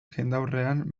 jendaurrean